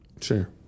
Sure